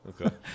okay